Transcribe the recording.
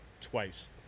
twice